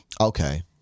Okay